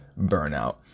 burnout